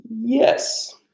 Yes